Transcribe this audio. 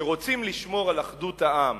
כשרוצים לשמור על אחדות העם